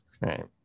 Right